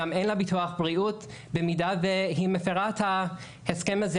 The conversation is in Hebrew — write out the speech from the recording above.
גם אין לה ביטוח בריאות במידה והיא מפרה את ההסכם הזה,